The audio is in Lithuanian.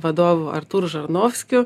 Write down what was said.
vadovu artūru žarnovskiu